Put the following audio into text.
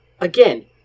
Again